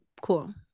Cool